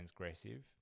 transgressive